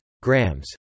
grams